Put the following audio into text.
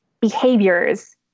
behaviors